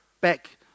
back